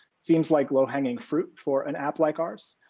seems like low hanging fruit for an app like ours,